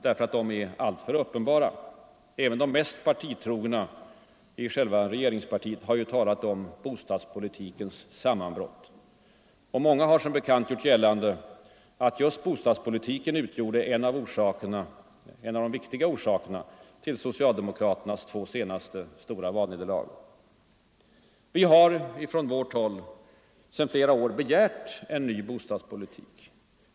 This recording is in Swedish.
De är alltför uppenbara. Även de mest partitrogna i själva regeringspartiet har ju talat om ”bostadspolitikens sammanbrott”. Och många har som bekant gjort gällande, att just de bostadspolitiska misslyckandena utgjorde en av de viktiga orsakerna till socialdemokraternas två senaste stora valnederlag Sedan flera år har vi moderater begärt en ny bostadspolitik.